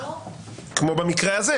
כמו במקרה הזה.